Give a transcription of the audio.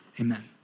amen